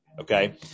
Okay